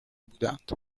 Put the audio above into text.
بودند